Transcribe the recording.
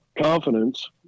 confidence